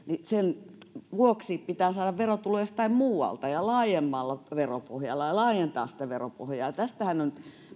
vaan pitää saada verotuloja jostain muualta ja laajemmalla veropohjalla ja laajentaa sitä veropohjaa mikä on paljon reilumpaa tästähän on